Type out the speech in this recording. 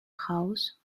house